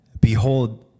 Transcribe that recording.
behold